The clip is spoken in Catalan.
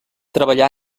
treballà